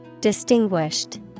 distinguished